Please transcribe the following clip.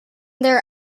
their